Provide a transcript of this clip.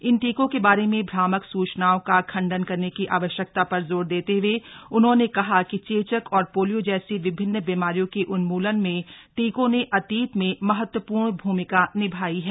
इन टीकों के बारे में भ्रामक सूचनाओं का खंडन करने की आवश्यकता पर जोर देते हुए उन्होंने ने कहा कि चेचक और पोलियो जैसी विभिन्न बीमारियों के उन्मूलन में टीकों ने अतीत में महत्वपूर्ण भूमिका निभाई है